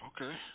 Okay